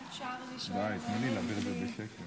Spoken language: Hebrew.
חוט שאף אחד לא יודע לומר בזמן אמת מה העובי או החוזק שלו.